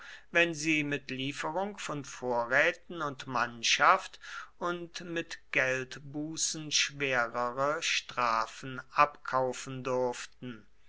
wenn sie mit lieferungen von vorräten und mannschaft und mit geldbußen schwerere strafen abkaufen durften